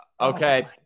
Okay